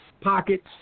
pockets